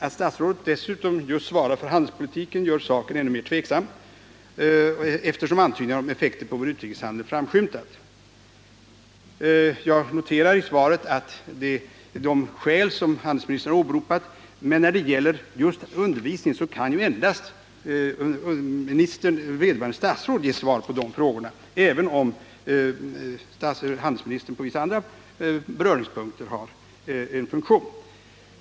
Att statsrådet dessutom just svarar för handelspolitiken gör saken ännu mer tveksam, eftersom antydningar om effekter på vår utrikeshandel framskymtat. Jag noterar i svaret de skäl som handelsministern åberopat, men när det gäller just undervisning kan endast vederbörande statsråd ge svar på de frågorna —- även om handelsministern på vissa andra beröringspunkter har en funktion.